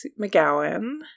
mcgowan